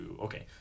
okay